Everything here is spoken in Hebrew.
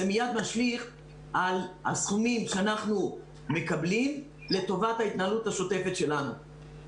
זה מייד משליך על הסכומים שאנחנו מקבלים לטובת ההתנהלות השוטפת שלנו.